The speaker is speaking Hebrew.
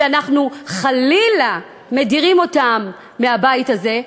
שאנחנו חלילה מדירים אותם מהבית הזה,